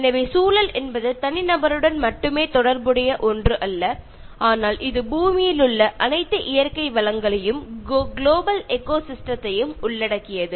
எனவே சூழல் என்பது தனிநபருடன் மட்டுமே தொடர்புடைய ஒன்று அல்ல ஆனால் இது பூமியிலுள்ள அனைத்து இயற்கை வளங்களையும் குளோபல் எக்கோசிஸ்டம் யும் உள்ளடக்கியது